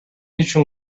үчүн